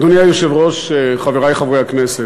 אדוני היושב-ראש, חברי חברי הכנסת,